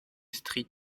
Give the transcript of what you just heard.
street